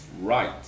right